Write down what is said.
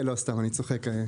לא, סתם, אני צוחק.